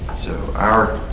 so our,